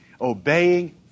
obeying